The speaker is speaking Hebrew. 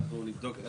אנחנו נבדוק את זה.